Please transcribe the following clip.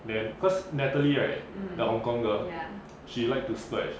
then cause natalie right the hong kong girl she like to splurge